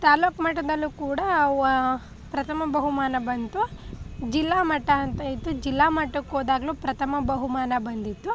ತಾಲ್ಲೂಕು ಮಟ್ಟದಲ್ಲೂ ಕೂಡ ವ ಪ್ರಥಮ ಬಹುಮಾನ ಬಂತು ಜಿಲ್ಲಾ ಮಟ್ಟ ಅಂತ ಇತ್ತು ಜಿಲ್ಲಾ ಮಟ್ಟಕ್ಕೆ ಹೋದಾಗ್ಲು ಪ್ರಥಮ ಬಹುಮಾನ ಬಂದಿತ್ತು